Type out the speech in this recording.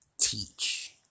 teach